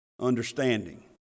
Understanding